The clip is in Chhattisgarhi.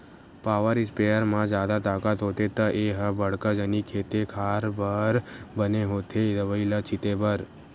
पॉवर इस्पेयर म जादा ताकत होथे त ए ह बड़का जनिक खेते खार बर बने होथे दवई ल छिते बर